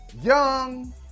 Young